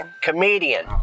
Comedian